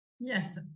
Yes